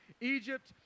Egypt